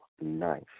knife